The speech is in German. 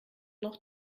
noch